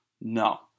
No